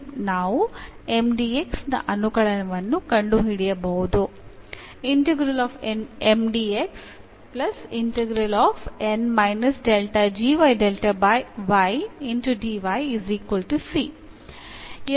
ನಾವು ನ ಅನುಕಳನವನ್ನು ಕಂಡುಹಿಡಿಯಬಹುದು